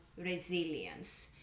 resilience